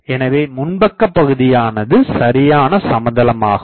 எனவே முன்பக்க பகுதியானது சரியான சமதளமாகும்